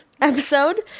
episode